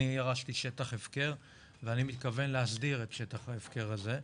אני ירשתי שטח הפקר ואני מתכוון להסדיר את שטח ההפקר הזה,